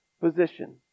position